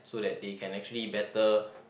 so that they can actually better